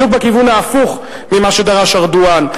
בדיוק בכיוון ההפוך ממה שדרש ארדואן.